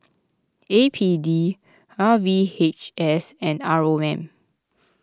A P D R V H S and R O M